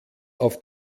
auf